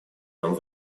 нам